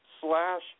slash